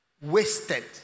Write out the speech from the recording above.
Wasted